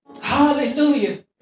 Hallelujah